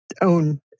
own